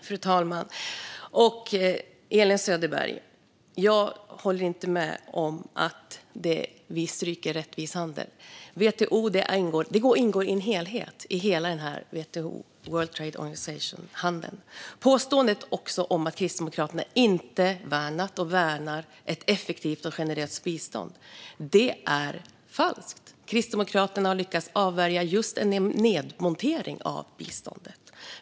Fru talman! Jag håller inte med om att vi stryker rättvis handel, Elin Söderberg. Det ingår i helheten inom WTO-handeln, alltså handeln inom World Trade Organization. Påståendet att Kristdemokraterna inte har värnat eller värnar ett effektivt och generöst bistånd är falskt. Kristdemokraterna har lyckats avvärja just en nedmontering av biståndet.